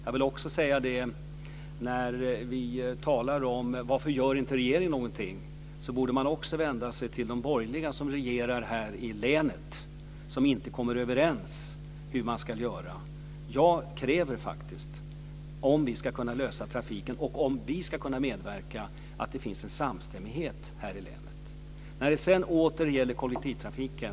Jag vill också säga detta: När vi talar om frågan "Varför gör inte regeringen någonting?" borde man också vända sig till de borgerliga som regerar här i länet och som inte kommer överens om hur man ska göra. Jag kräver faktiskt, om vi ska kunna lösa trafikproblemet och om vi i regeringen ska kunna medverka, att det finns en samstämmighet här i länet. Jag ska be att få återkomma till kollektivtrafiken.